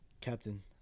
Captain